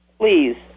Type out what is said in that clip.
Please